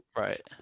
right